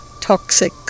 toxic